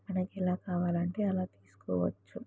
మనకు ఎలా కావాలి అంటే అలా తీసుకోవచ్చు